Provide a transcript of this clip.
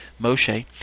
Moshe